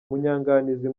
munyanganizi